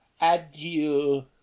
Adieu